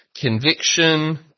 conviction